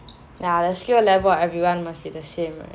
ya the skill level everyone must be the same right